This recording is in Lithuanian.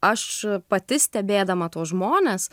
aš pati stebėdama tuos žmones